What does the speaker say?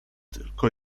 tylko